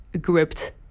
gripped